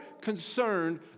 concerned